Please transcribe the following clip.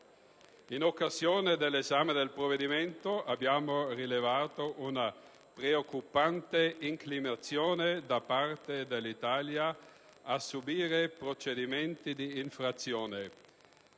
In occasione dell'esame del provvedimento in titolo abbiamo rilevato una preoccupante inclinazione da parte dell'Italia a subire procedimenti di infrazione.